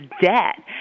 debt